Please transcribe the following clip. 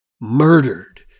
murdered